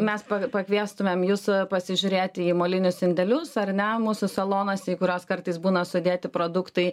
mes pakviestumėm jus pasižiūrėti į molinius indelius ar ne mūsų salonuose į kuriuos kartais būna sudėti produktai